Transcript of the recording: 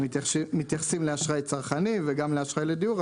מתייחסים לאשראי צרכני וגם לאשראי לדיור,